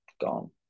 gone